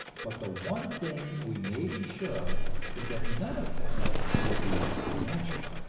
but the one thing we may be sure of is that none of them will be natural